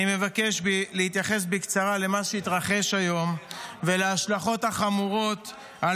אני מבקש להתייחס בקצרה למה שהתרחש היום ולהשלכות החמורות על